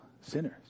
sinners